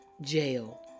jail